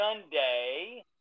Sunday